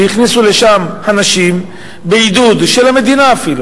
אפילו שכונות שהכניסו אליהן אנשים בעידוד של המדינה.